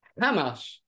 Hamas